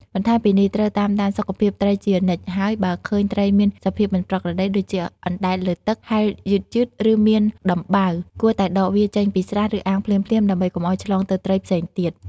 បន្ថែមពីនេះត្រូវតាមដានសុខភាពត្រីជានិច្ច ហើយបើឃើញត្រីមានសភាពមិនប្រក្រតី ដូចជាអណ្ដែតលើទឹក ហែលយឺតៗ ឬមានដំបៅ គួរតែដកវាចេញពីស្រះ ឬអាងភ្លាមៗ ដើម្បីកុំឲ្យឆ្លងទៅត្រីផ្សេងទៀត។